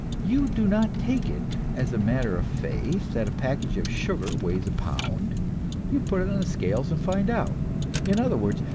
you do not take it as a matter of faith that a package of sugar weighs a pound you put it on the scales and find out in other words,